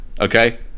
Okay